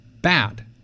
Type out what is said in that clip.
bad